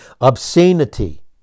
obscenity